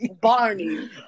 Barney